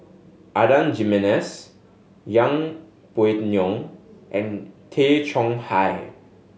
Adan Jimenez Yeng Pway Ngon and Tay Chong Hai